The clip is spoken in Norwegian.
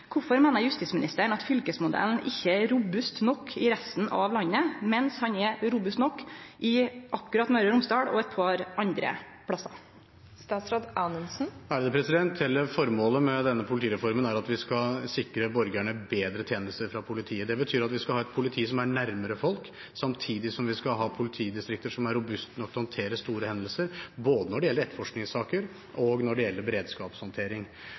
justisministeren at fylkesmodellen ikkje er robust nok i resten av landet, mens han er robust nok akkurat i Møre og Romsdal, og eit par andre plassar? Hele formålet med denne politireformen er at vi skal sikre borgerne bedre tjenester fra politiet. Det betyr at vi skal ha et politi som er nærmere folk, samtidig som vi skal ha politidistrikter som er robuste nok til å håndtere store hendelser, både når det gjelder etterforskningssaker, og når det gjelder beredskapshåndtering.